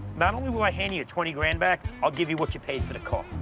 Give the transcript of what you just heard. not only will i hand you your twenty grand back, i'll give you what you paid for the car.